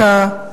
אתה,